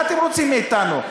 מה אתם רוצים מאתנו?